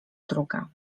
druga